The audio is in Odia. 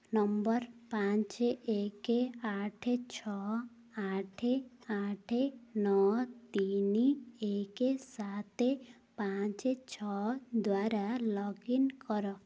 ନମ୍ବର୍ ପାଞ୍ଚ ଏକ ଆଠ ଛଅ ଆଠ ଆଠ ନଅ ତିନି ଏକ ସାତ ପାଞ୍ଚ ଛଅ ଦ୍ଵାରା ଲଗ୍ଇନ୍ କର